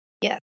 Yes